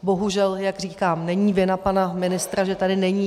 Bohužel, jak říkám, není vina pana ministra, že tady není.